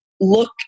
look